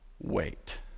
wait